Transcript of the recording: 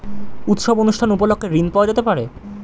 উৎসব অনুষ্ঠান উপলক্ষে ঋণ পাওয়া যেতে পারে?